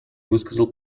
высказал